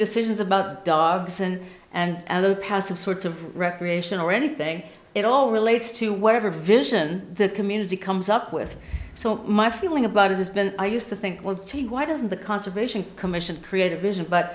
decisions about dogs and and the passive sorts of recreational anything it all relates to whatever vision the community comes up with so my feeling about it has been i used to think well why doesn't the conservation commission creative vision but